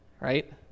Right